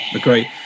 Great